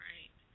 Right